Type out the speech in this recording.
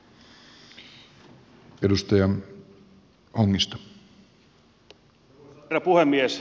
herra puhemies